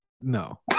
No